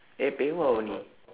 eh pei-hwa only